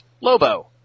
Lobo